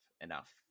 enough